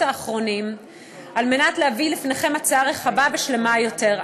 האחרונים על מנת להביא לפניכם הצעה רחבה ושלמה יותר,